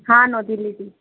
હા નોંધી લીધી